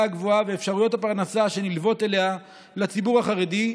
הגבוהה ואפשרויות הפרנסה שנלוות אליה לציבור החרדי,